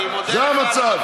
זה המצב.